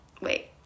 Wait